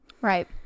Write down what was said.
right